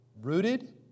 rooted